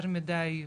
יותר מידי.